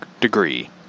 degree